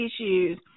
issues